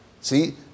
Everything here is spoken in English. See